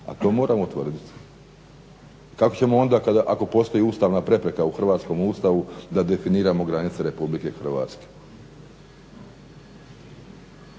a to moramo utvrditi. Kako ćemo onda ako postoji ustavna prepreka u hrvatskom Ustavu da definiramo granice RH.